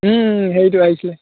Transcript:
হেৰিটো আহিছিলে